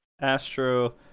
Astro